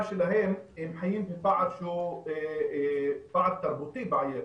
שלהם הם חיים בפער שהוא פער תרבותי בעייתי,